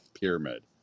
pyramid